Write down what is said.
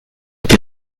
die